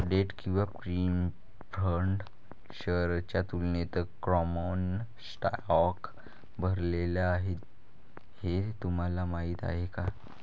Date किंवा preferred शेअर्सच्या तुलनेत कॉमन स्टॉक भरलेला आहे हे तुम्हाला माहीत आहे का?